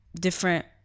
different